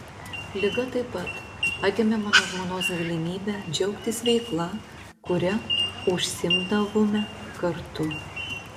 liga taip pat atėmė mano žmonos galimybę džiaugtis veikla kuria užsiimdavome kartu